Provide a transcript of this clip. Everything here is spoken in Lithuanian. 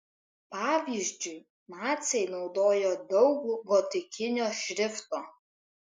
pavyzdžiui naciai naudojo daug gotikinio šrifto